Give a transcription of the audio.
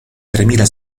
tremila